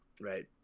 right